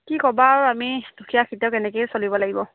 কি ক'বা আৰু আমি দুখীয়া খেতিয়ক কেনেকেই চলিব লাগিব